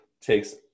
takes